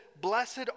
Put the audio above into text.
blessed